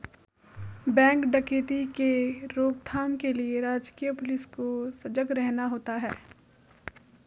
bank डकैती के रोक थाम के लिए राजकीय पुलिस को सजग रहना होता है